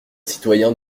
citoyens